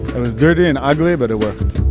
it was dirty and ugly, but it worked